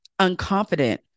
unconfident